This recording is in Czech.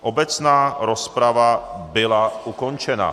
Obecná rozprava byla ukončena.